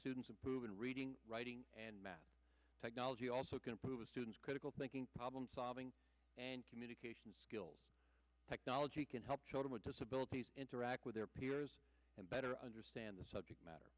students improve in reading writing and math technology also can improve a student's critical thinking problem solving and communication skills technology can help children with disabilities interact with their peers and better understand the subject matter